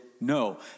No